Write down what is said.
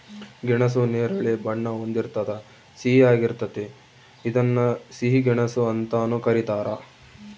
ಗೆಣಸು ನೇರಳೆ ಬಣ್ಣ ಹೊಂದಿರ್ತದ ಸಿಹಿಯಾಗಿರ್ತತೆ ಇದನ್ನ ಸಿಹಿ ಗೆಣಸು ಅಂತಾನೂ ಕರೀತಾರ